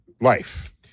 life